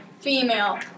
Female